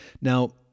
Now